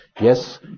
Yes